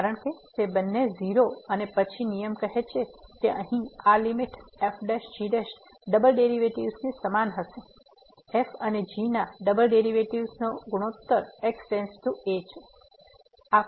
કારણ કે તે બંને 0 અને પછી નિયમ કહે છે કે અહીં આ લીમીટ fg ડબલ ડેરિવેટિવ્ઝ ની સમાન હશે f અને g ના ડબલ ડેરિવેટિવ્ઝ નો ગુણોત્તર x → a